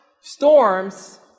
storms